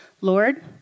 Lord